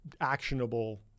actionable